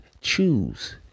choose